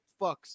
fucks